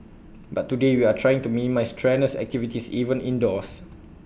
but today we are trying to minimise strenuous activities even indoors